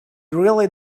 really